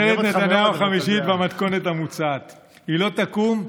ממשלת נתניהו החמישית במתכונת המוצעת לא תקום,